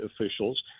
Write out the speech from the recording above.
officials